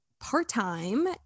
part-time